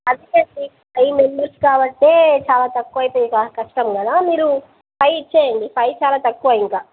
five members కాబట్టే చాలా తక్కువ అయితే కష్టం కదా మీరు ఫైవ్ ఇచ్చేయండి ఫైవ్ చాలా తక్కువ ఇంకా